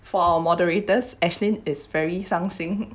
for our moderators ashlyn is very 伤心